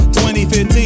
2015